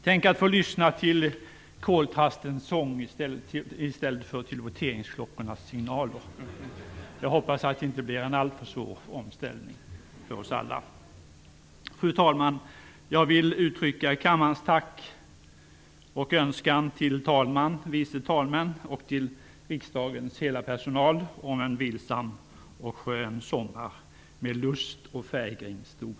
Tänk att få lyssna till koltrastens sång i stället för voteringsklockornas signaler! Jag hoppas att det inte blir en alltför svår omställning för oss alla. Fru talman! Jag vill uttrycka kammarens tack och rikta en önskan till talman, vice talmän och riksdagens hela personal om en vilsam och skön sommar - med lust och fägring stor!